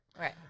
Right